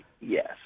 Yes